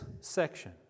section